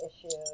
issues